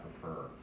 prefer